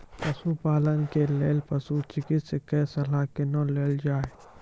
पशुपालन के लेल पशुचिकित्शक कऽ सलाह कुना लेल जाय?